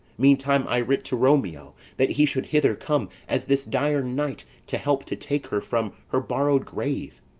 meantime i writ to romeo that he should hither come as this dire night to help to take her from her borrowed grave,